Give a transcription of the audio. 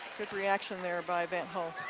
good reaction there by van't hul.